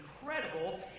incredible